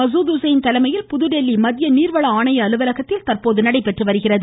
மசூத் உசைன் தலைமையில் புதுதில்லி மத்திய நீர்வள ஆணைய அலுவலகத்தில் தற்போது நடைபெற்று வருகிறது